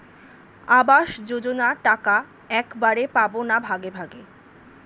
আবাস যোজনা টাকা একবারে পাব না ভাগে ভাগে?